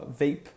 vape